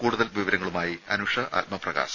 കൂടുതൽ വിവരങ്ങളുമായി അനുഷ ആത്മപ്രകാശ്